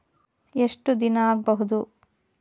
ಎಷ್ಟು ದಿನ ಆಗ್ಬಹುದು?